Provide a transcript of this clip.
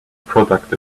product